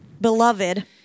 Beloved